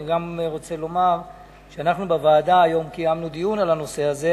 אני גם רוצה לומר שאנחנו בוועדה קיימנו היום דיון על הנושא הזה,